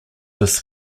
this